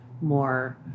more